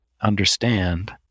understand